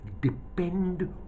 depend